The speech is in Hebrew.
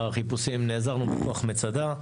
בחיפושים נעזרנו בכוח מצדה,